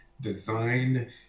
design